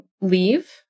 leave